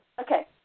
Okay